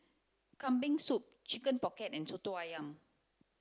kambing soup chicken pocket and soto ayam